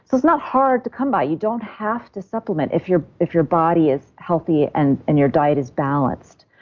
it's not hard to come by. you don't have to supplement if your if your body is healthy and and your diet is balanced,